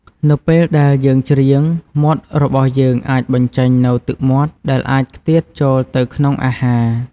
នៅពេលដែលយើងច្រៀង មាត់របស់យើងអាចបញ្ចេញនូវទឹកមាត់ ដែលអាចខ្ទាតចូលទៅក្នុងអាហារ។